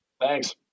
Thanks